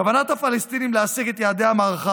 "כוונת הפלסטינים להשיג את יעדי המערכה